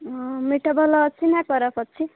ହଁ ମିଠା ଭଲ ଅଛି ନା ଖରାପ ଅଛି